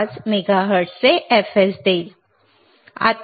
125 मेगाहर्ट्झचे fs देईल